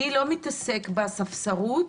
אני לא מתעסק בספסרות,